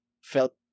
felt